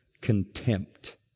contempt